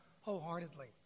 wholeheartedly